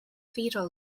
fetal